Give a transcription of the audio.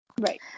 Right